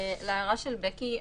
לגבי ההערה של בקי?